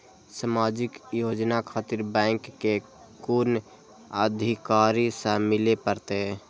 समाजिक योजना खातिर बैंक के कुन अधिकारी स मिले परतें?